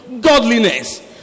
godliness